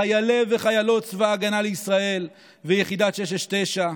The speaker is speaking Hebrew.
חיילי וחיילות צבא ההגנה לישראל ויחידת 669,